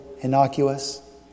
innocuous